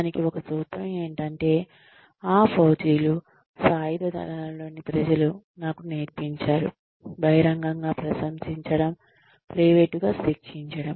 దానికి ఒక సూత్రం ఏంటంటే ఆ ఫౌజీలు సాయుధ దళాలలోని ప్రజలు నాకు నేర్పించారు బహిరంగంగా ప్రశంసించడం ప్రైవేటుగా శిక్షించడం